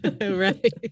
Right